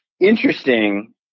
interesting